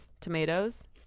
tomatoes